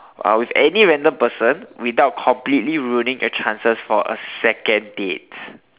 uh with any random person without completely ruining your chances for a second date